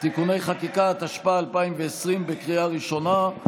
(תיקוני חקיקה), התשפ"א 2020, לקריאה ראשונה,